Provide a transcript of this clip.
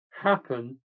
happen